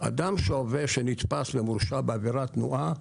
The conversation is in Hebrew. אדם שעובר ונתפס ומורשע בעבירה תנועה,